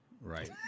Right